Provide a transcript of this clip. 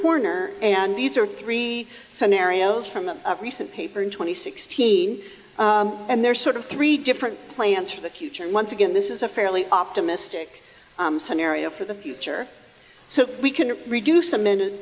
corner and these are three scenarios from a recent paper in twenty sixteen and there's sort of three different plans for the future and once again this is a fairly optimistic scenario for the future so we can reduce